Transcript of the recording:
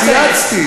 אני צייצתי.